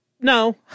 No